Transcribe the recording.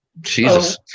Jesus